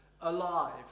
alive